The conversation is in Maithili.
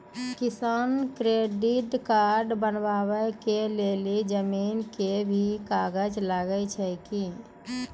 किसान क्रेडिट कार्ड बनबा के लेल जमीन के भी कागज लागै छै कि?